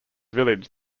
village